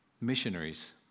missionaries